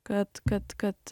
kad kad kad